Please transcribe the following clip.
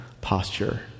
posture